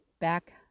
back